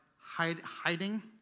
hiding